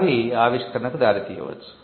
అవి ఆవిష్కరణకు దారి తీయవచ్చు